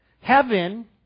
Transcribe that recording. Heaven